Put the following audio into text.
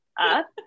up